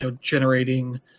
generating